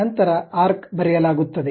ನಂತರ ಆರ್ಕ್ ಬರೆಯಲಾಗುತ್ತದೆ